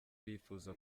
bifuza